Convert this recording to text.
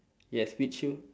yes which shoe